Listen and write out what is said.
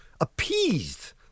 Appeased